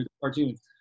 cartoons